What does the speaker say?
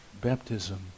baptism